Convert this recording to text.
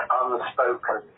unspoken